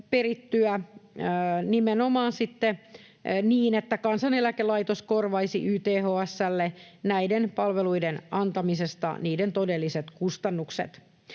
nimenomaan sitten niin, että Kansaneläkelaitos korvaisi YTHS:lle näiden palveluiden antamisesta niiden todelliset kustannukset.